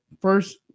First